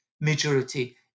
majority